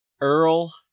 Earl